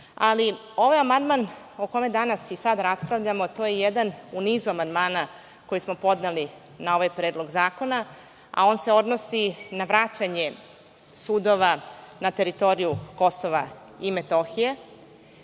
iznosim. Ovaj amandman, o kome danas i sada raspravljamo to je jedan u nizu amandmana koji smo podneli na ovaj predlog zakona, a on se odnosi na vraćanje sudova na teritoriju Kosova i Metohije.